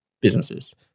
businesses